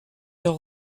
leur